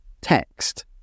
text